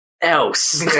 else